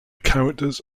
characters